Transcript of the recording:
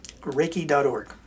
Reiki.org